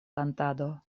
kantado